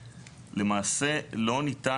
למעשה לא ניתן,